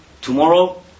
tomorrow